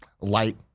light